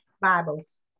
Bibles